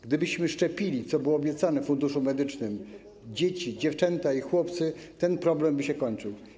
Gdybyśmy szczepili, co było obiecane w Funduszu Medycznym, dzieci, dziewczęta i chłopców, ten problem by się kończył.